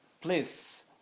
please